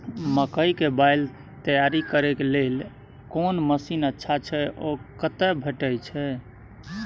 मकई के बाईल तैयारी करे के लेल कोन मसीन अच्छा छै ओ कतय भेटय छै